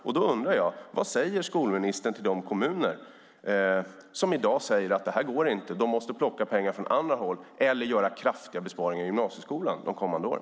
Jag undrar: Vad säger skolministern till de kommuner som i dag säger att det inte går och att de måste plocka pengar från andra håll eller göra kraftiga besparingar i gymnasieskolan de kommande åren?